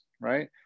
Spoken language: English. right